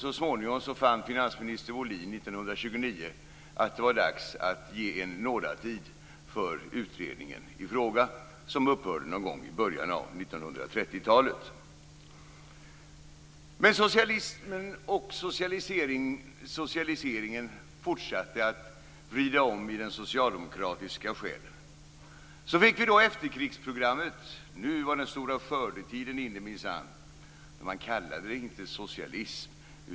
Så småningom fann finansminister Wohlin 1929 att det var dags att ge utredningen i fråga en nådatid. Den upphörde någon gång i början av 1930-talet. Men socialismen och socialiseringen fortsatte att vrida om i den socialdemokratiska själen. Så fick vi då efterkrigsprogrammet. Nu var den stora skördetiden inne minsann. Men man kallade det inte socialism.